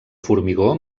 formigó